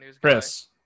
Chris